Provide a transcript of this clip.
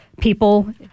people